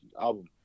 album